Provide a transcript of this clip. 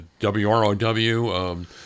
WROW